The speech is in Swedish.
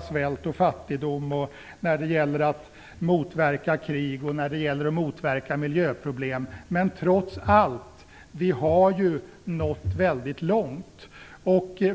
svält och fattigdom och när det gäller att motverka krig och miljöproblem, men trots allt har vi nått väldigt långt.